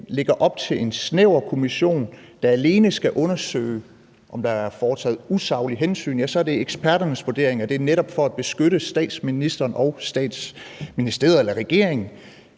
lægger op til en snæver kommission, der alene skal undersøge, om der er taget usaglige hensyn, er det netop for at beskytte statsministeren og Statsministeriet eller regeringen